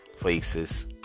places